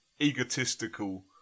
egotistical